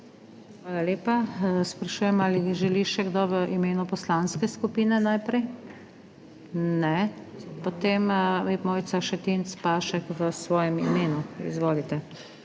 Hvala lepa. Ali želi še kdo v imenu poslanske skupine besedo? Ne. Potem Mojca Šetinc Pašek v svojem imenu. Izvolite.